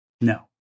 No